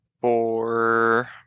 four